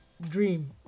dream